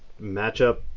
matchup